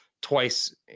twice